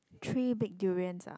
three bag durians ah